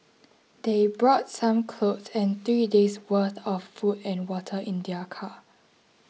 they brought some clothes and three days worth of food and water in their car